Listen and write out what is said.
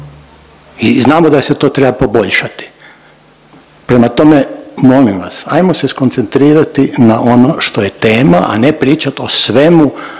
i znamo da se to treba poboljšati. Prema tome, molim vas, ajmo se skoncentrirati na ono što je tema, a ne pričati o svemu